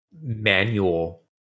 manual